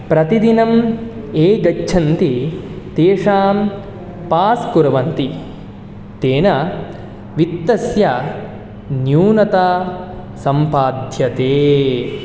प्रतिदिनं ये गच्छन्ति तेषां पास् कुर्वन्ति तेन वित्तस्य न्यूनता सम्पाद्यते